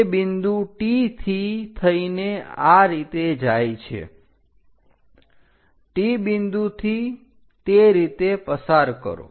તે બિંદુ T થી થઈને આ રીતે જાય છે T બિંદુથી તે રીતે પસાર કરો